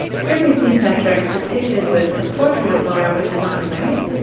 here we see petrarch depicted with a portrait of laura, which is on the right.